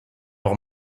leur